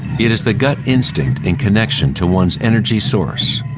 it is the gut instinct in connection to one's energy source.